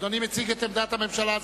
אדוני מציג את עמדת הממשלה,